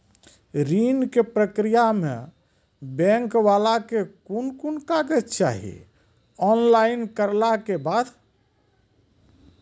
ऋण के प्रक्रिया मे बैंक वाला के कुन कुन कागज चाही, ऑनलाइन करला के बाद?